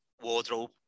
wardrobe